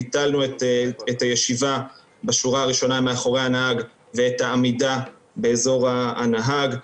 ביטלנו את הישיבה בשורה הראשונה מאחורי הנהג ואת העמידה באזור הנהג.